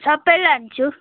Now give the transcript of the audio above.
सबै लान्छु